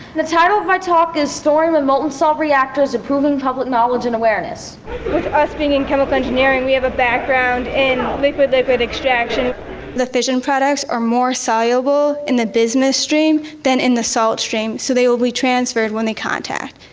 the title of my talk is thorium and molten salt reactors improving public knowledge and awareness. with us being in chemical engineering we have a background in liquid-liquid extraction the fission products are more soluble in the bismuth stream than in the salt stream, so they will be transferred when they contact.